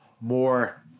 more –